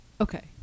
Okay